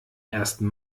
ersten